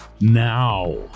now